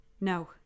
No